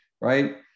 right